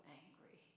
angry